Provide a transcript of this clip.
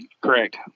correct